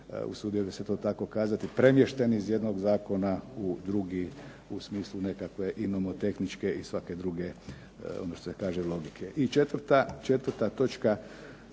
usudio bih se to tako kazati premješteni iz jednog zakona u drugi, u smislu nekakve i nomotehničke i svake druge, ono